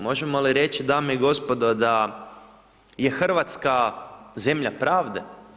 Možemo li reći dame i gospodo, da je Hrvatska, zemlja pravde?